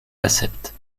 accepte